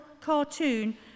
cartoon